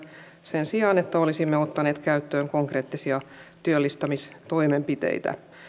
sen sijaan että olisimme ottaneet käyttöön konkreettisia työllistämistoimenpiteitä